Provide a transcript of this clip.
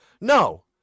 No